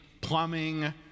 plumbing